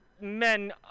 men